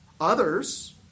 Others